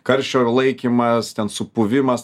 karščio laikymas ten supuvimas